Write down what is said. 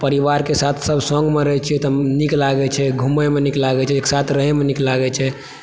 तऽ परिवारके साथ सब संग मे रहै छियै तऽ नीक लागै छै घुमयमे नीक लागै छै एक साथ रहेमे नीक लागै छै